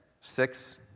six